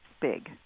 big